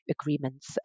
agreements